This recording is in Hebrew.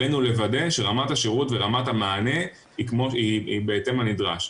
עלינו לוודא שרמת השירות ורמת המענה היא בהתאם לנדרש,